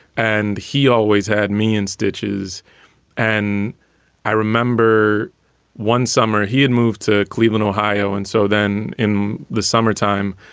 and he always had me in stitches and i remember one summer he had moved to cleveland, ohio and so then in the summertime,